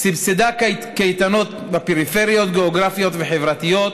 סבסדה קייטנות בפריפריות גיאוגרפיות וחברתיות,